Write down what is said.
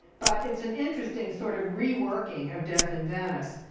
but it's an interesting sort of reworking of death in venice.